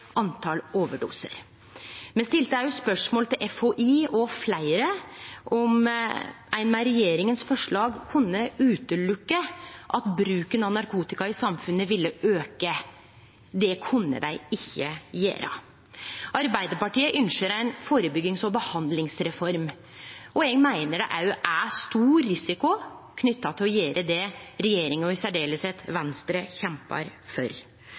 Me stilte spørsmål til FHI og fleire om ein med forslaget frå regjeringa kunne sjå bort frå at bruken av narkotika i samfunnet ville auke. Det kunne ein ikkje gjere. Arbeidarpartiet ønskjer ei førebyggings- og behandlingsreform, og eg meiner det er stor risiko knytt til å gjere det regjeringa og særleg Venstre kjempar for.